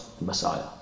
Messiah